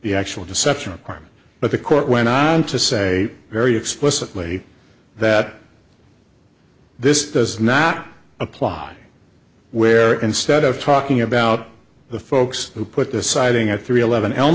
the actual deception requirement but the court went on to say very explicitly that this does not apply where instead of talking about the folks who put the sighting at three eleven elm